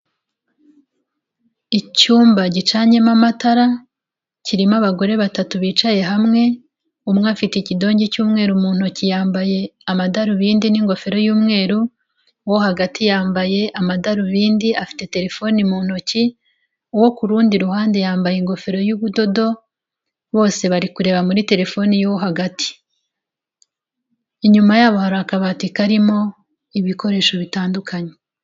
Icyumba gicanyemo amatara, kirimo abagore batatu bicaye hamwe, umwe afite ikidongi cy'umweru mu ntoki, yambaye amadarubindi n'ingofero y'umweru, uwo hagati yambaye amadarubindi, afite terefoni mu ntoki, uwo ku rundi ruhande yambaye ingofero y'ubudodo, bose bari kureba muri terefoni y'uwo hagati. Inyuma yabo hari akabati karimo ibikoresho bitandukanye.